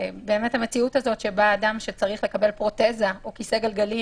המציאות שבה אדם שצריך לקבל פרוטזה או כיסא גלגלים,